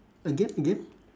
again again